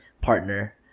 partner